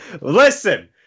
Listen